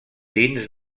dins